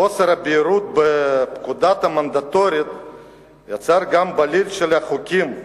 חוסר הבהירות בפקודה המנדטורית יצר גם בליל של חוקים,